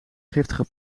giftige